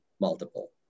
multiple